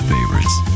Favorites